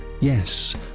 yes